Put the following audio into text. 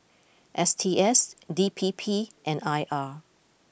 S T S D P P and I R